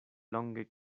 longe